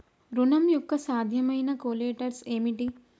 ఋణం యొక్క సాధ్యమైన కొలేటరల్స్ ఏమిటి?